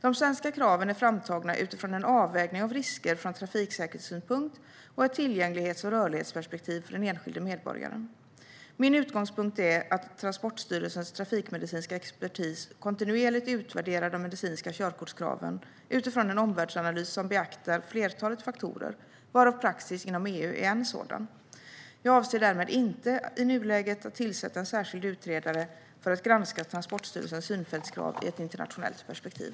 De svenska kraven är framtagna utifrån en avvägning av risker från trafiksäkerhetssynpunkt och ur ett tillgänglighets och rörlighetsperspektiv för den enskilde medborgaren. Min utgångspunkt är att Transportstyrelsens trafikmedicinska expertis kontinuerligt utvärderar de medicinska körkortskraven utifrån en omvärldsanalys som beaktar flertalet faktorer, varav praxis inom EU är en. Jag avser därmed inte i nuläget att tillsätta en särskild utredare för att granska Transportstyrelsens synfältskrav i ett internationellt perspektiv.